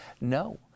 No